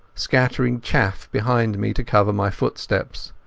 scattering chaff behind me to cover my footsteps.